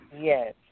Yes